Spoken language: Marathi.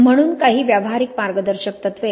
म्हणून काही व्यावहारिक मार्गदर्शक तत्त्वे